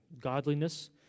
godliness